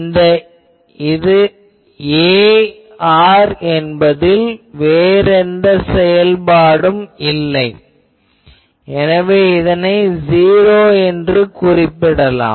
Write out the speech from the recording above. இந்த ar என்பதில் வேறு எந்த செயல்பாடும் இல்லை எனவே இதனை '0' என்று கூறலாம்